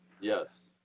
Yes